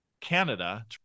Canada